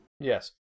Yes